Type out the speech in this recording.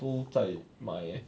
都在买 leh